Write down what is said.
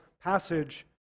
passage